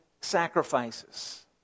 sacrifices